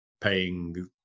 paying